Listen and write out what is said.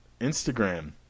instagram